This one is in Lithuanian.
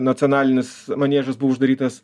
nacionalinis maniežas buvo uždarytas